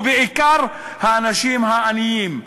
ובעיקר האנשים העניים.